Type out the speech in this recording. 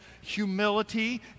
humility